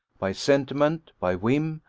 by sentiment, by whim,